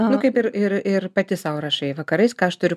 nu kaip ir ir ir pati sau rašai vakarais ką aš turiu